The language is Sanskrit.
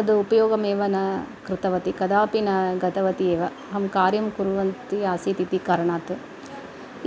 तत् उपयोगम् एव न कृतवती कदापि न गतवती एव अहं कार्यं कुर्वन्ती आसीत् इति कारणात्